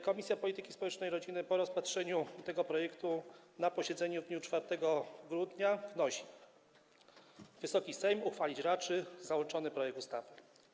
Komisja Polityki Społecznej i Rodziny po rozpatrzeniu tego projektu na posiedzeniu w dniu 4 grudnia wnosi, aby Wysoki Sejm uchwalić raczył załączony projekt ustawy.